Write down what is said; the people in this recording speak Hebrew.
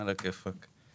בכיף.